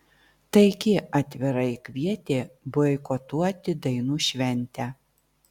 taigi atvirai kvietė boikotuoti dainų šventę